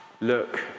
look